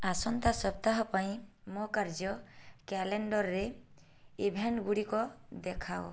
ଆସନ୍ତା ସପ୍ତାହ ପାଇଁ ମୋ କାର୍ଯ୍ୟ କ୍ୟାଲେଣ୍ଡରରେ ଇଭେଣ୍ଟ ଗୁଡ଼ିକ ଦେଖାଅ